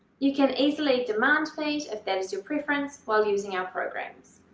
you can easily demand feed, if that is your preference, while using our programs.